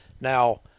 now